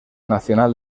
nacional